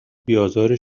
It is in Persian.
بیآزار